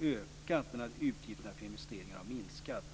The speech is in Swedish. ökat medan utgifterna för investeringar har minskat.